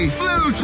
blue